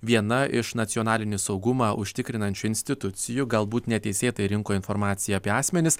viena iš nacionalinį saugumą užtikrinančių institucijų galbūt neteisėtai rinko informaciją apie asmenis